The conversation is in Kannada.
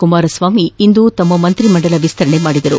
ಕುಮಾರಸ್ವಾಮಿ ಇಂದು ತಮ್ಮ ಮಂತ್ರಿಮಂಡಲ ವಿಸ್ತರಣೆ ಮಾಡಿದರು